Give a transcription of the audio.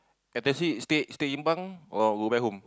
F_T_C stay stay in bunk or go back home